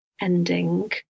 ending